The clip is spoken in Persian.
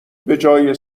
بجای